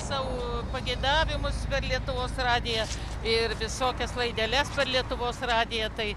savo pageidavimus per lietuvos radiją ir visokias laideles per lietuvos radiją tai